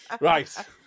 Right